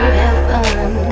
heaven